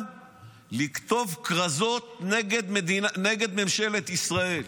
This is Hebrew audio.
לכתוב כרזות נגד ממשלת ישראל.